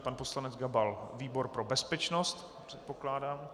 Pan poslanec Gabal výbor pro bezpečnost předpokládám.